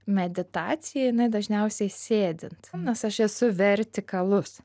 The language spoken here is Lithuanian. meditacija dažniausiai sėdint nes aš esu vertikalus